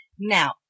now